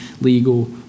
legal